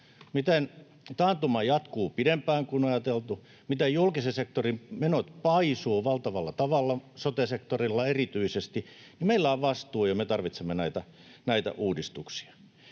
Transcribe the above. miten taantuma jatkuu pidempään kuin on ajateltu ja miten julkisen sektorin menot paisuvat valtavalla tavalla erityisesti sote-sektorilla. Meillä on vastuu, ja me tarvitsemme näitä uudistuksia.